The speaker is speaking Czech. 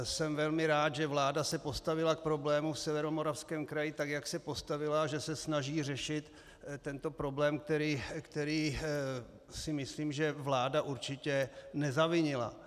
Jsem velmi rád, že vláda se postavila k problému v Severomoravském kraji tak, jak se postavila, a že se snaží řešit tento problém, který si myslím, že vláda určitě nezavinila.